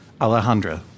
Alejandra